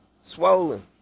swollen